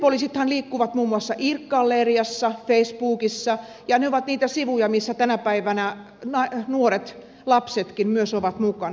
nettipoliisithan liikkuvat muun muassa irc galleriassa facebookissa ja ne ovat niitä sivuja missä tänä päivänä nuoret lapsetkin myös ovat mukana